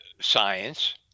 science